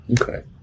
Okay